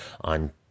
on